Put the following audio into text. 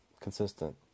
consistent